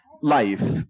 life